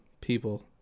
people